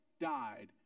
died